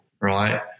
right